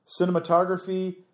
Cinematography